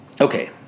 Okay